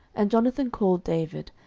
and jonathan called david,